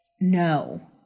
no